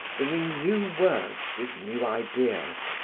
bringing new words with new ideas,